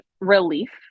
relief